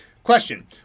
Question